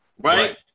Right